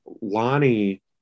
Lonnie